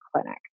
clinic